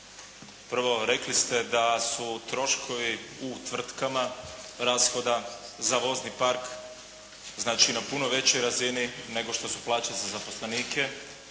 Prvo rekli ste da su troškovi u tvrtkama rashoda za vozni park, znači na puno većoj razini nego što su plaće za zaposlenike.